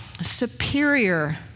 superior